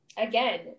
again